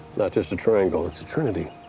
not just a triangle, it's a trinity.